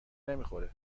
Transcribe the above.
نمیخوره